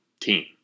team